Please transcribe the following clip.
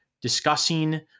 discussing